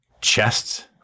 chests